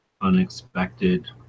unexpected